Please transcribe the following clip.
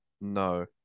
No